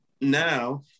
now